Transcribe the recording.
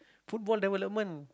football development